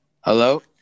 Hello